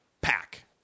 pack